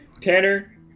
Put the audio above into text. Tanner